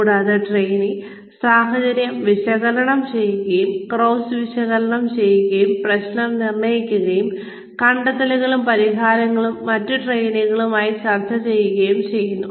കൂടാതെ ട്രെയിനി സാഹചര്യം വിശകലനം ചെയ്യുകയും കേസ് വിശകലനം ചെയ്യുകയും പ്രശ്നം നിർണ്ണയിക്കുകയും കണ്ടെത്തലുകളും പരിഹാരങ്ങളും മറ്റ് ട്രെയിനികളുമായി ചർച്ച ചെയ്യുകയും ചെയ്യുന്നു